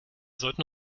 sollten